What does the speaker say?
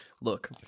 Look